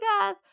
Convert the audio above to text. guys